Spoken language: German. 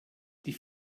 die